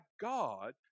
God